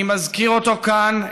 אני מזכיר אותו כאן,